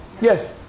Yes